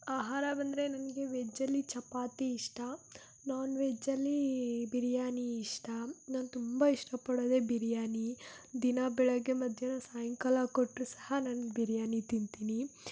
ಆಹಾರ ಬಂದರೆ ನನಗೆ ವೆಜ್ಜಲ್ಲಿ ಚಪಾತಿ ಇಷ್ಟ ನಾನ್ವೆಜ್ಜಲ್ಲಿ ಬಿರ್ಯಾನಿ ಇಷ್ಟ ನಾನು ತುಂಬ ಇಷ್ಟಪಡೋದೇ ಬಿರ್ಯಾನಿ ದಿನ ಬೆಳಗ್ಗೆ ಮಧ್ಯಾಹ್ನ ಸಾಯಂಕಾಲ ಕೊಟ್ರೂ ಸಹ ನಾನು ಬಿರ್ಯಾನಿ ತಿಂತೀನಿ